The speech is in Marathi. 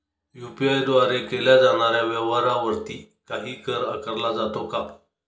यु.पी.आय द्वारे केल्या जाणाऱ्या व्यवहारावरती काही कर आकारला जातो का?